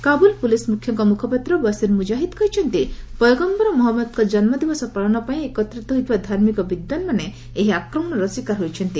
Kabul police ମୁଖ୍ୟଙ୍କ ମୁଖପାତ୍ର ବସିର୍ ମୁଜାହିଦ୍ କହିଛନ୍ତି ପୟଗମ୍ଘର ମହଜ୍ଞଦଙ୍କ ଜନ୍କଦିବସ ପାଳନ ପାଇଁ ଏକତ୍ରିତ ହୋଇଥିବା ଧାର୍ମିକ ବିଦ୍ୱାନମାନେ ଏହି ଆକ୍ରମଣର ଶିକାର ହୋଇଛନ୍ତି